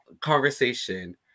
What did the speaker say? conversation